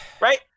Right